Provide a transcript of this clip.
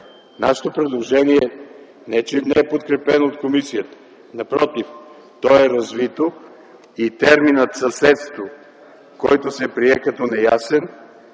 Нашето предложение не че не е подкрепено от комисията, напротив, то е развито и терминът „съседство”, който се прие като неясен,